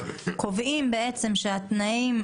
קובעים בעצם שהתנאים,